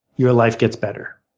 your life gets better.